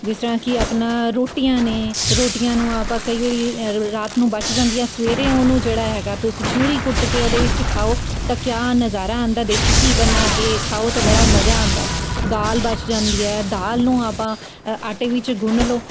ਜਿਸ ਤਰ੍ਹਾਂ ਕਿ ਆਪਣਾ ਰੋਟੀਆਂ ਨੇ ਰੋਟੀਆਂ ਨੂੰ ਆਪਾਂ ਕਈ ਵਾਰੀ ਰਾਤ ਨੂੰ ਬਚ ਜਾਂਦੀਆਂ ਸਵੇਰੇ ਉਹਨੂੰ ਜਿਹੜਾ ਹੈਗਾ ਤੁਸੀਂ ਚੂਰੀ ਕੁੱਟ ਕੇ ਉਹਦੇ ਵਿੱਚ ਖਾਓ ਤਾਂ ਕਿਆ ਨਜ਼ਾਰਾ ਆਉਂਦਾ ਦੇਸੀ ਘੀ ਬਣਾ ਕੇ ਖਾਓ ਤਾਂ ਬੜਾ ਮਜ਼ਾ ਆਉਂਦਾ ਦਾਲ ਬਚ ਜਾਂਦੀ ਹੈ ਦਾਲ ਨੂੰ ਆਪਾਂ ਆਟੇ ਵਿੱਚ ਗੁੰਨ ਲਉ